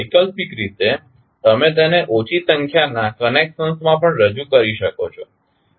વૈકલ્પિક રીતે તમે તેને ઓછી સંખ્યાના કનેકશન્સ માં પણ રજુ કરી શકો છો